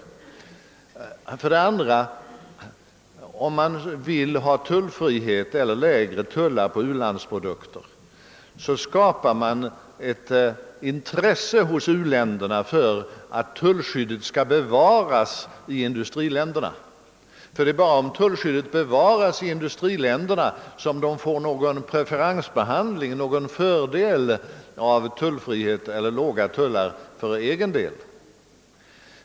Den andra synpunkten är att, om man vill ha tullfrihet eller lägre tullar på u-landsprodukter, skapar man kanske i stället hos u-länderna ett intresse för att tullskyddet skall bevaras i industriländerna. Det är nämligen endast om tullskyddet bevaras i industriländerna som u-länderna får någon pre ferensbehandling eller fördel genom tullfrihet eller låga tullar för egen del.